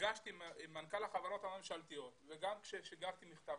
נפגשתי עם מנכ"ל החברות הממשלתיות וגם שיגרתי מכתב,